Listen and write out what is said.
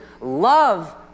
love